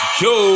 yo